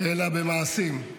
אלא במעשים.